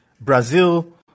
Brazil